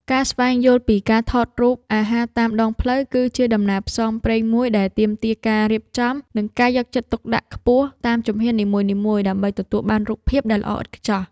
ការស្វែងយល់ពីការថតរូបអាហារតាមដងផ្លូវ គឺជាដំណើរផ្សងព្រេងមួយដែលទាមទារការរៀបចំ និងការយកចិត្តទុកដាក់ខ្ពស់តាមជំហាននីមួយៗ ដើម្បីទទួលបានរូបភាពដែលល្អឥតខ្ចោះ។